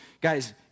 guys